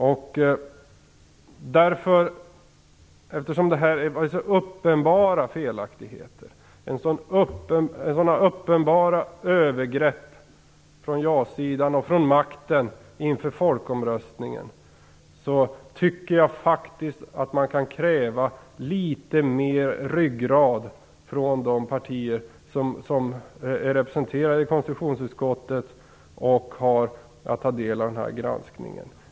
Eftersom det inför folkomröstningen begicks så uppenbara felaktigheter och så uppenbara övergrepp från ja-sidan och från makten, tycker jag faktiskt att man kan kräva litet mer ryggrad av de partier som är representerade i konstitutionsutskottet och som har att ta del av denna granskning.